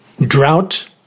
Drought